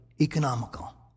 economical